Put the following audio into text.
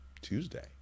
Tuesday